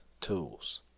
tools